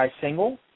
single